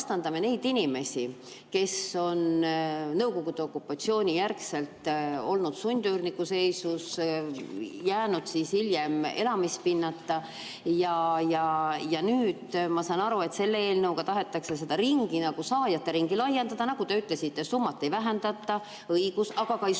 Me vastandame neid inimesi, kes on Nõukogude okupatsiooni järgselt olnud sundüürniku seisus, jäänud hiljem elamispinnata, ja nüüd ma saan aru, et selle eelnõuga tahetakse seda saajate ringi laiendada. Nagu te ütlesite, summat ei vähendata – õigus! –, aga ka ei suurendata.